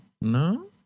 no